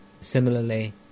Similarly